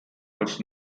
als